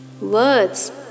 words